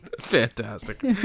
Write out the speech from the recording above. Fantastic